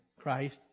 Christ